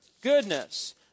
goodness